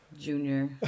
Junior